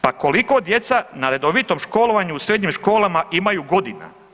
Pa koliko djeca na redovitom školovanju u srednjim školama imaju godina?